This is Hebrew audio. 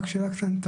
רק שאלה קטנה,